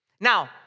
Now